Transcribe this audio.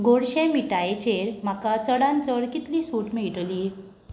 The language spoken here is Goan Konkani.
गोडशें मिठायेचेर म्हाका चडान चड कितली सूट मेळटली